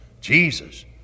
jesus